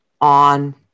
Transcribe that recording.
on